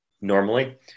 Normally